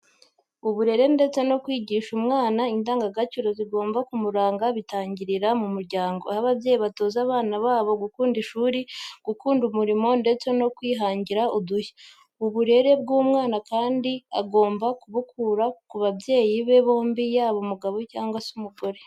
Uburere ndetse no kwigisha umwana indangagaciro zigomba kumuranga bitangirira mu muryango. Aho ababyeyi batoza abana babo gukunda ishuri, gukunda umurimo ndetse no kwihangira udushya. Uburere bw'umwana kandi agomba kubukura ku babyeyi be bombi yaba umugabo cyangwa se umugore.